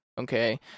okay